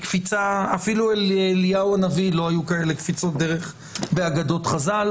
אפילו לאליהו הנביא לא היו כאלה קפיצות דרך באגדות חז"ל.